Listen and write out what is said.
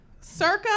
circa